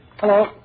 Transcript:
Hello